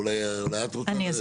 אולי את רוצה?